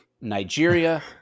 Nigeria